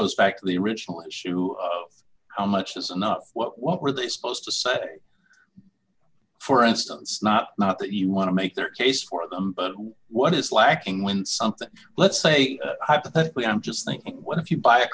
goes back to the original issue how much is enough what what were they supposed to say for instance not not that you want to make their case for them but what is lacking when something let's say hypothetically i'm just thinking what if you buy a